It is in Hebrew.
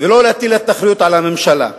ולא להטיל את האחריות על הממשלה.